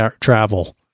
travel